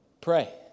Pray